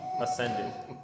ascended